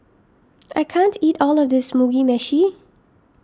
I can't eat all of this Mugi Meshi